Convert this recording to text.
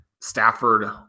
Stafford